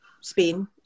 Spain